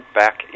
back